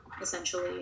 essentially